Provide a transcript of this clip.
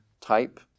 type